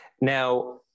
Now